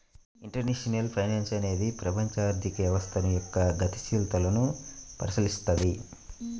international finance అనేది ప్రపంచ ఆర్థిక వ్యవస్థ యొక్క గతిశీలతను పరిశీలిత్తది